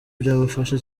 byabafasha